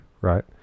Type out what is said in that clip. Right